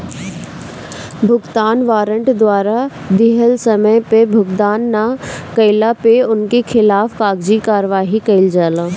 भुगतान वारंट द्वारा दिहल समय पअ भुगतान ना कइला पअ उनकी खिलाफ़ कागजी कार्यवाही कईल जाला